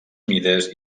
mides